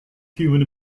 human